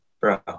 bro